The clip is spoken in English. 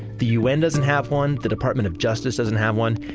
the un doesn't have one, the department of justice doesn't have one,